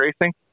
racing